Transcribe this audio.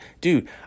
dude